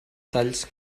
talls